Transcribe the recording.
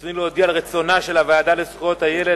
ברצוני להודיע על רצונה של הוועדה לזכויות הילד